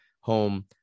home